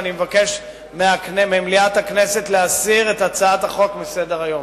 ואני מבקש ממליאת הכנסת להסיר את הצעת החוק מסדר-היום.